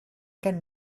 can